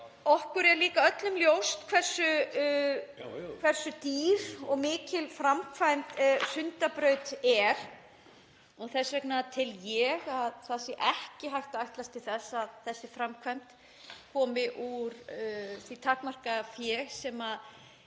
Okkur er líka öllum ljóst hversu dýr og mikil framkvæmd Sundabraut er. Þess vegna tel ég að það sé ekki hægt að ætlast til þess að þessi framkvæmd komi úr því takmarkaða fé sem við